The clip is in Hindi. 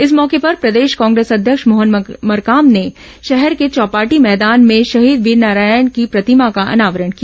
इस मौके पर प्रदेश कांग्रेस अध्यक्ष मोहन मरकाम ने शहर के चौपाटी मैदान में शहीद वीरनारायण की प्रतिमा का अनावरण किया